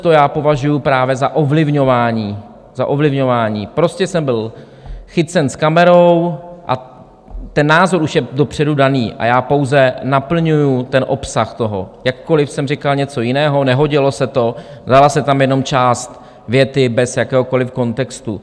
Tohle já považuji právě za ovlivňování, za ovlivňování, prostě jsem byl chycen s kamerou a ten názor už je dopředu daný a já pouze naplňuji ten obsah toho, jakkoliv jsem říkal něco jiného, nehodilo se to, vzala se tam jenom část věty bez jakéhokoliv kontextu.